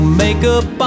makeup